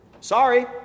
Sorry